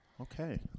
okay